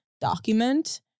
document